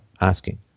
asking